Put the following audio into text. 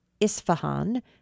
Isfahan